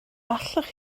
allwch